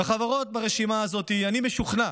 וחברות ברשימה הזאת, אני משוכנע